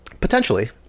Potentially